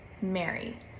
Mary